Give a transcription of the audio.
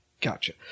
Gotcha